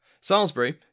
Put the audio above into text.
Salisbury